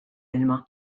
ilma